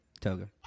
toga